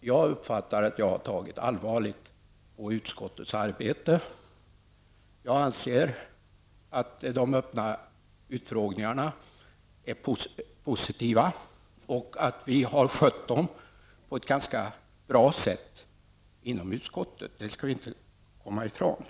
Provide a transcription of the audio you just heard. inlägg uppfattar jag det som att jag har tagit allvarligt på utskottets arbete. Jag anser att de öppna utfrågningarna är positiva och att vi har skött dem på ett ganska bra sätt inom utskottet. Det skall vi inte komma ifrån.